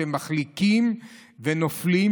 שמחליקים ונופלים,